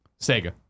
Sega